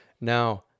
Now